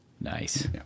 Nice